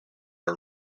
are